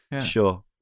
Sure